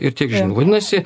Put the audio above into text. ir tiek žinių vadinasi